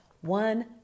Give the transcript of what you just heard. One